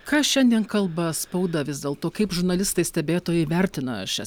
ką šiandien kalba spauda vis dėlto kaip žurnalistai stebėtojai vertina šią